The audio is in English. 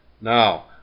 Now